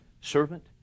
servant